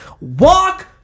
walk